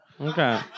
okay